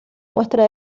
muestra